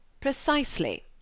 Precisely